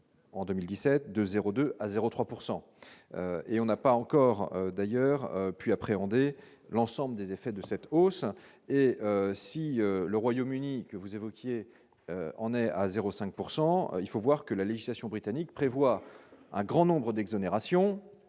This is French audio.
En 2017 de 0 2 à 0 3 pourcent et on n'a pas encore d'ailleurs pu appréhender l'ensemble des effets de cette hausse et si le Royaume-Uni que vous évoquiez, on est à 0 5 pourcent il faut voir que la législation britannique prévoit un grand nombre d'exonérations,